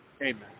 Amen